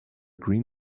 green